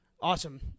Awesome